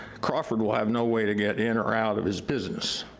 crawford will have no way to get in or out of his business.